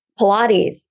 Pilates